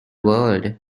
world